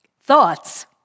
thoughts